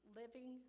living